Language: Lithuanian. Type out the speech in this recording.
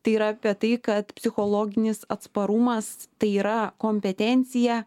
tai yra apie tai kad psichologinis atsparumas tai yra kompetencija